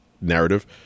narrative